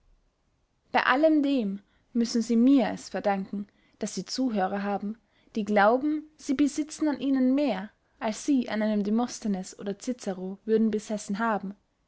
bey allem dem müssen sie mir es verdanken daß sie zuhörer haben die glauben sie besitzen an ihnen mehr als sie an einem demosthenes oder cicero würden besessen haben